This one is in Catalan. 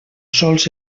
sols